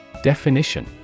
Definition